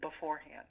beforehand